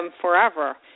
forever